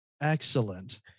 Excellent